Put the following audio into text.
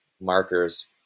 markers